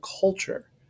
culture